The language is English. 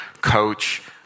Coach